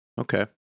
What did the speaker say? Okay